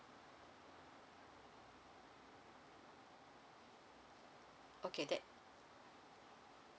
okay that